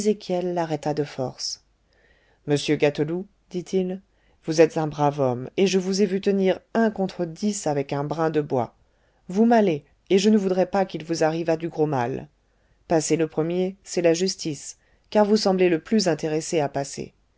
ézéchiel l'arrêta de force monsieur gâteloup dit-il vous êtes un brave homme et je vous ai vu tenir un contre dix avec un brin de bois vous m'allez et je ne voudrais pas qu'il vous arrivât du gros mal passez le premier c'est la justice car vous semblez le plus intéressé à passer